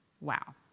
Wow